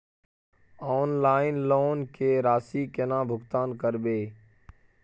Online loan के राशि केना भुगतान करबे?